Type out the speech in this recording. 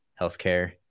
healthcare